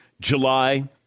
July